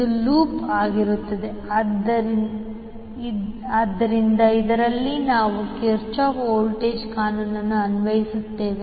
ಇದು ಲೂಪ್ ಆಗಿರುತ್ತದೆ ಇದರಲ್ಲಿ ನಾವು ಕಿರ್ಚಾಫ್ ವೋಲ್ಟೇಜ್ ಕಾನೂನನ್ನು ಅನ್ವಯಿಸುತ್ತೇವೆ